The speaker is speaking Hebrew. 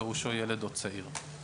פירושו ילד או צעיר.